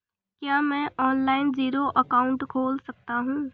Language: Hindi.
क्या मैं ऑनलाइन जीरो अकाउंट खोल सकता हूँ?